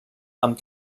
amb